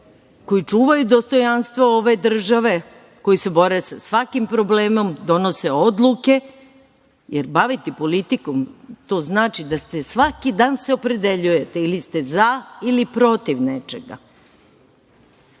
koji čuvaju dostojanstvo ove države, koji se bore sa svakim problemom, donose odluke, jer baviti se politikom znači da se svaki dan opredeljujete ili ste za ili protiv nečega. Zato